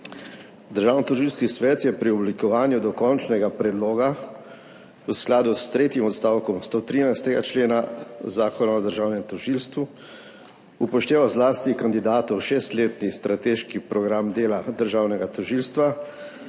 Državnotožilski svet je pri oblikovanju dokončnega predloga v skladu s tretjim odstavkom 113. člena Zakona o državnem tožilstvu upošteval zlasti kandidatov šestletni strateški program dela državnega tožilstva,